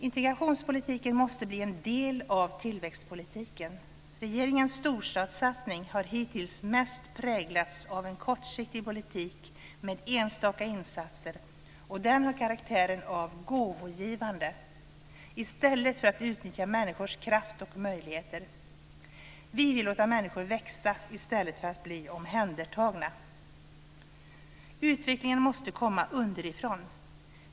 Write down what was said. Integrationspolitiken måste bli en del av tillväxtpolitiken. Regeringens storstadssatsning har hittills mest präglats av en kortsiktig politik med enstaka insatser. Den har karaktären av gåvogivande i stället för att utnyttja människors kraft och möjligheter. Vi vill låta människor växa i stället för att bli omhändertagna. Utvecklingen måste komma underifrån.